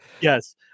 yes